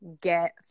get